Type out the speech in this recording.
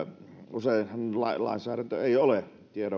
aihe useinhan lainsäädäntö ei ole